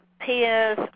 peers